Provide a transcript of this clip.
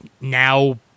now